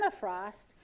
permafrost